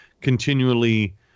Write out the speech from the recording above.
continually